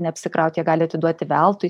neapsikraut jie gali atiduoti veltui